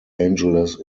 angeles